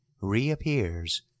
reappears